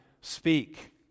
speak